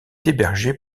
hébergé